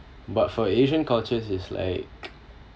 but for asian culture is like